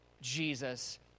Jesus